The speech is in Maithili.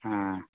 हँ